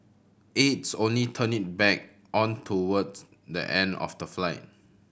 aides only turned it back on towards the end of the flight